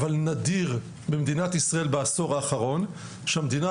אבל נדיר במדינת ישראל בעשור האחרון שהמדינה